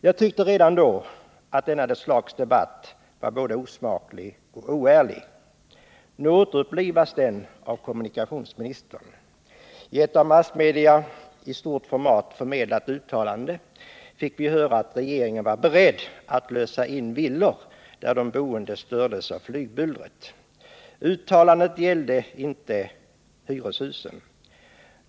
Jag tyckte redan då att detta slags debatt var både osmaklig och oärlig. Nu återupplivas den av kommunikationsministern. I ett av massmedia i stort format förmedlat uttalande fick vi höra att regeringen var beredd att lösa in villor, där de boende stördes av flygbullret. Uttalandet gällde inte hyreshusen.